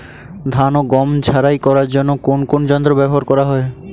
ধান ও গম ঝারাই করার জন্য কোন কোন যন্ত্র ব্যাবহার করা হয়?